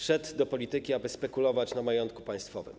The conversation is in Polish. Szedł do polityki, aby spekulować na majątku państwowym.